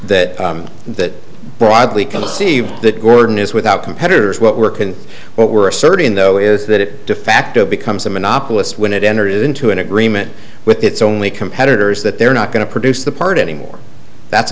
that that broadly conceived that gordon is without competitors what work in what we're asserting though is that it defacto becomes a monopolist when it enters into an agreement with its only competitors that they're not going to produce the part anymore that's a